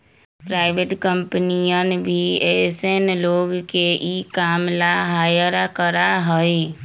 private कम्पनियन भी ऐसन लोग के ई काम ला हायर करा हई